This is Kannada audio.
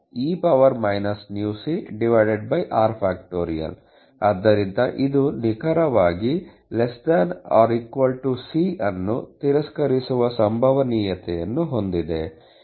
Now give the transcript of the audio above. ಆದ್ದರಿಂದ ಇದು ನಿಖರವಾಗಿ ≤ c ಅನ್ನು ತಿರಸ್ಕರಿಸುವ ಸಂಭವನೀಯತೆಯನ್ನು ಹೊಂದಿದೆ